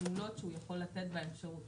הפעולות שהוא יכול לתת בהן שירות.